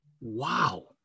Wow